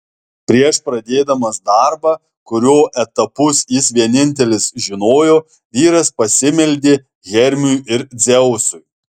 prieš pradėdamas darbą kurio etapus jis vienintelis žinojo vyras pasimeldė hermiui ir dzeusui